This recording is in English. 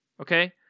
okay